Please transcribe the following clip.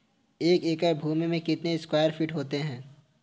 एक एकड़ भूमि में कितने स्क्वायर फिट होते हैं?